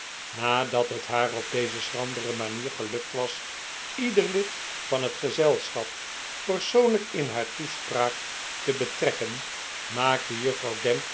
nadat het haar op deze schrandere manier gelukt was ieder lid van het gezelschap persoonlijk in haar toespraak te betrekken maakte juffrouw